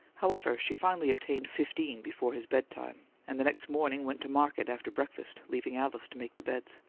however, she finally obtained fifteen before his bedtime and the next morning went to market after breakfast, leaving alice to make the beds.